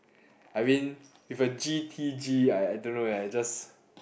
I mean with a G_T_G I I don't know eh I just